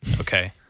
Okay